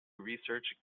research